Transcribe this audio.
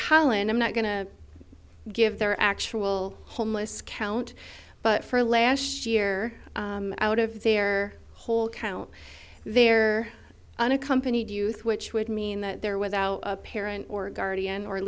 holland i'm not going to give their actual homeless count but for last year out of their whole count their unaccompanied youth which would mean that there without a parent or guardian or